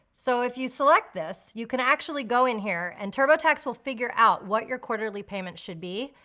so if you select this you can actually go in here and turbotax will figure out what your quarterly payments should be,